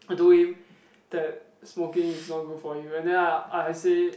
I told him that smoking is not good for you and then I I say